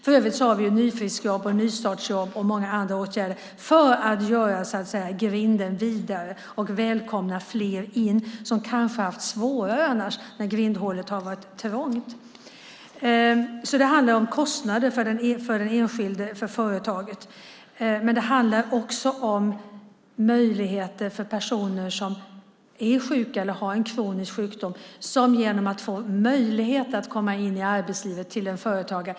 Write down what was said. För övrigt har vi nyfriskjobb, nystartsjobb och många andra åtgärder för att göra grinden vidare och välkomna fler in som kanske annars har haft det svårare när grindhålet har varit trångt. Det handlar om kostnader för den enskilde och för företaget. Men det handlar också om att ge möjligheter för personer som är sjuka eller har en kronisk sjukdom att komma in i arbetslivet till en företagare.